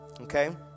okay